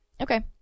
Okay